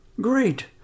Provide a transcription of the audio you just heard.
Great